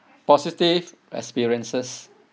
positive experiences